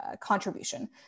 contribution